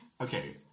Okay